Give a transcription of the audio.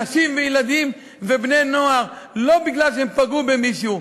נשים, ילדים ובני-נוער, לא מפני שהם פגעו במישהו.